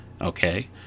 Okay